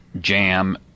jam